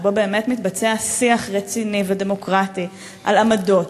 שבו באמת מתבצע שיח רציני ודמוקרטי על עמדות,